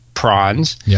prawns